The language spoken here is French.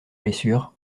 blessures